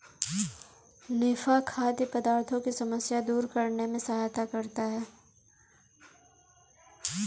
निफा खाद्य पदार्थों की समस्या दूर करने में सहायता करता है